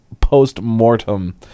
post-mortem